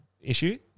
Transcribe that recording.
issue